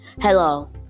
Hello